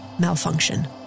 malfunction